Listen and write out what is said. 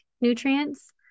nutrients